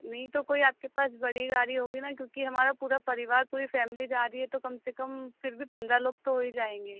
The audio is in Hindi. नहीं तो कोई आपके पास बड़ी गाड़ी होगी न क्योंकि हमारा पूरा परिवार पूरी फ़ैमिली जा रही है तो कम से कम फिर भी पंद्रह लोग तो होई जाएंगे